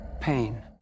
Pain